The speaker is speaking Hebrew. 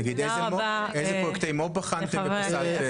למשל: אילו פרויקטי מו"פ בחנתם ופסלתם.